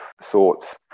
sorts